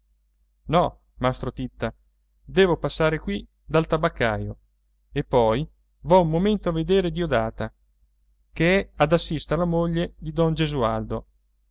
no mastro titta devo passare qui dal tabaccaio e poi vo un momento a vedere diodata che è ad assistere la moglie di don gesualdo